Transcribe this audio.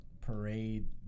parade